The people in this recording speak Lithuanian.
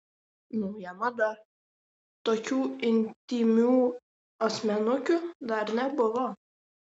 nauja mada tokių intymių asmenukių dar nebuvo